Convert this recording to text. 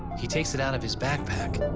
he takes it out of his backpack,